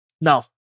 Now